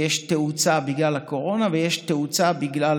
ויש תאוצה בגלל הקורונה ויש תאוצה בגלל